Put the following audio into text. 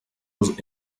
was